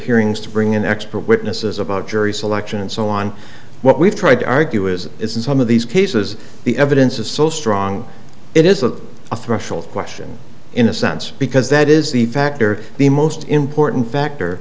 hearings to bring in expert witnesses about jury selection and so on what we've tried to argue is is in some of these cases the evidence is so strong it is a threshold question in a sense because that is the factor the most important factor